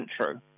true